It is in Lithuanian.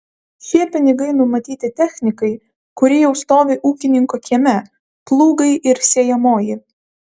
šie pinigai numatyti technikai kuri jau stovi ūkininko kieme plūgai ir sėjamoji